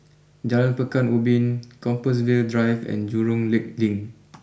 Jalan Pekan Ubin Compassvale Drive and Jurong Lake Link